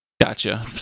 gotcha